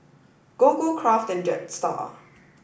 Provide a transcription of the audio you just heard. Gogo Kraft and Jetstar